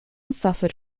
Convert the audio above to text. suffered